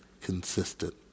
consistent